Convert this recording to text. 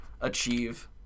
achieve